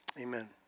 amen